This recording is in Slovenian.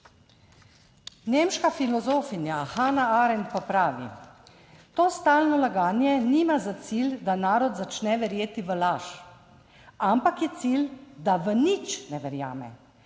Nemška filozofinja Hanna Arendt pa pravi: "To stalno laganje nima za cilj, da narod začne verjeti v laž, ampak je cilj, da v nič ne verjame.